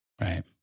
Right